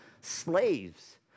slaves